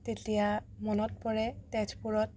তেতিয়া মনত পৰে তেজপুৰত